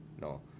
no